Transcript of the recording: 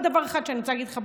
הדבר השני, אמרתי,